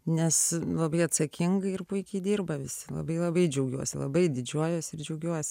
nes labai atsakingai ir puikiai dirba visi labai labai džiaugiuosi labai didžiuojuosi ir džiaugiuosi